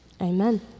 Amen